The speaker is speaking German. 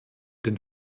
den